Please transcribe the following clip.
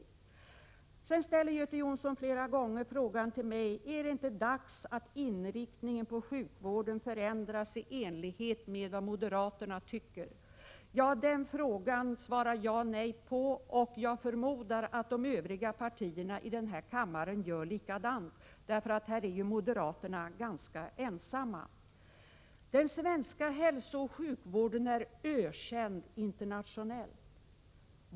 Göte Jonsson ställer flera gånger frågan till mig: Är det inte dags att inriktningen på sjukvården förändras i enlighet med vad moderaterna tycker? Den frågan svarar jag nej på, och jag förmodar att de övriga partierna här i kammaren gör likadant, därför att moderaterna är ganska ensamma här. Den svenska hälsooch sjukvården är ökänd internationellt, påstår Göte Jonsson.